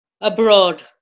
abroad